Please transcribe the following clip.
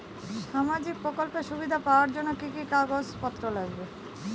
সামাজিক প্রকল্পের সুবিধা পাওয়ার জন্য কি কি কাগজ পত্র লাগবে?